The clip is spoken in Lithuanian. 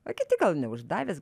o kiti gal neuždavęs